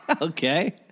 Okay